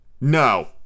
No